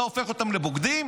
אתה הופך אותם לבוגדים?